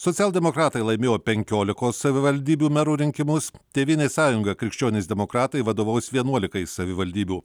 socialdemokratai laimėjo penkiolikos savivaldybių merų rinkimus tėvynės sąjunga krikščionys demokratai vadovaus vienuolikai savivaldybių